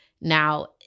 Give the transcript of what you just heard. Now